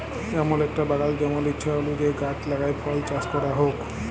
এমল একটা বাগাল জেমল ইছা অলুযায়ী গাহাচ লাগাই ফল চাস ক্যরা হউক